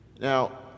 Now